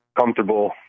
comfortable